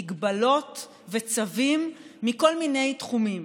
מגבלות וצווים מכל מיני תחומים.